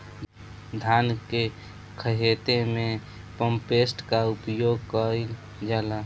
धान के ख़हेते में पम्पसेट का उपयोग कइल जाला?